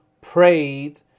prayed